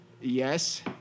Yes